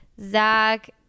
Zach